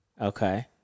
Okay